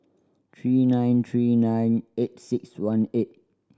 three nine three nine eight six one eight